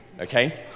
okay